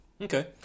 Okay